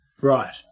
right